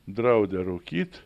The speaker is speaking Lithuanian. draudė rūkyt